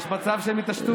יש מצב שהם יתעשתו?